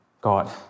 God